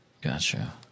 Gotcha